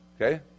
Okay